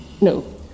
No